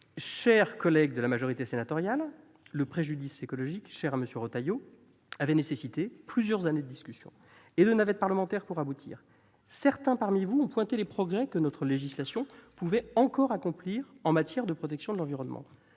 chers collègues de la majorité sénatoriale, le préjudice écologique cher à M. Retailleau avait exigé plusieurs années de discussion et de navette parlementaire pour aboutir. Certains parmi vous ont pointé les progrès que notre législation peut encore accomplir en matière de protection de l'environnement.